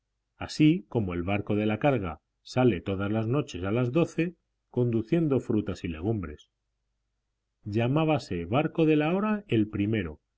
así como el barco de la carga sale todas las noches a las doce conduciendo frutas y legumbres llamábase barco de la hora el primero